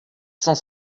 cent